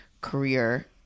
career